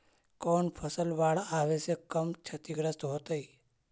कौन फसल बाढ़ आवे से कम छतिग्रस्त होतइ?